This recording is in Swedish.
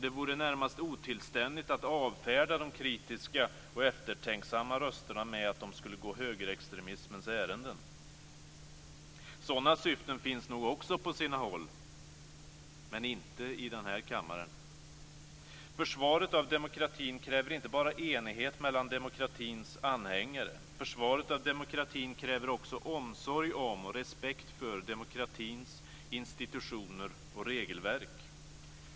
Det vore närmast otillständigt att avfärda de kritiska och eftertänksamma rösterna med att de skulle gå högerextremismens ärenden. Sådana syften finns nog också på sina håll, men inte i denna kammare. Försvaret av demokratin kräver inte bara enighet mellan demokratins anhängare. Försvaret av demokratin kräver också omsorg om och respekt för demokratins institutioner och regelverk.